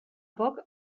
poc